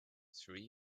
three